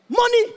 Money